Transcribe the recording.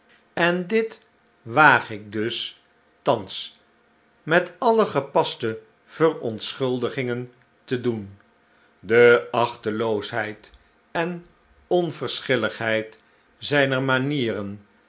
en dit waag ik dus thans met alle gepaste verontschuldigingen te doen de achteloosheid en onverschilligheid zijner manieren